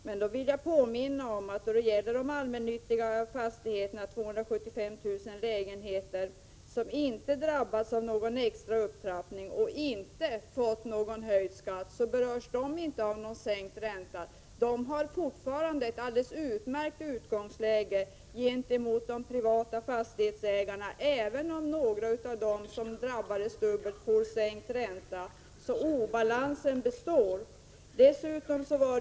Men då vill jag påminna om att 275 000 lägenheter i de allmännyttiga fastigheterna inte har drabbats av någon extra upptrappning och inte har fått någon höjd skatt. De berörs inte av någon sänkt ränta. De har fortfarande ett alldeles utmärkt utgångsläge gentemot de privata fastighetsägarna, även om några av dem som drabbades dubbelt får sänkt ränta. Obalansen består därför.